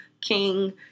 King